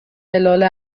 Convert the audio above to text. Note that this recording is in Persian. هلال